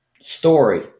story